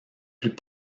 plus